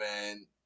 man